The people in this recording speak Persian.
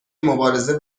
مبارزه